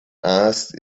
asked